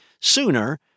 sooner